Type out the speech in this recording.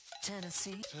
Tennessee